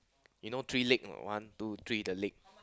you know three leg or not one two three the leg